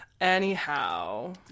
anyhow